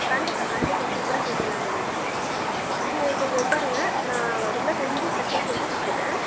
கண்டிப்பாக கண்டிப்பாக சூப்பராக செஞ்சில்லாம் மேடம் நீங்கள் கொஞ்சம் உட்காருங்க நான் அதுக்குள்ளே செஞ்சு டக்குன்னு செஞ்சு கொடுத்துறேன்